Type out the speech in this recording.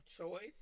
choice